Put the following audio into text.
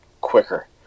quicker